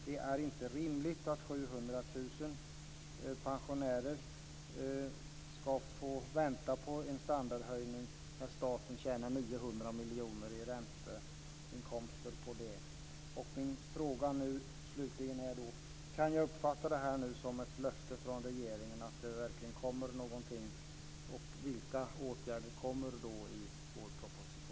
Det är inte rimligt att 700 000 pensionärer ska få vänta på en standardhöjning när staten har 900 miljoner i ränteinkomster på detta. Slutligen blir min fråga: Kan jag här uppfatta det som ett löfte från regeringen om att det verkligen kommer något, och vilka åtgärder kommer då i vårpropositionen?